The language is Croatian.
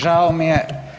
Žao mi je.